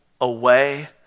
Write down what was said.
away